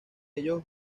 ellos